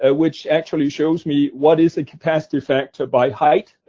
ah which actually shows me what is a capacity factor by height,